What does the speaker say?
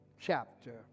chapter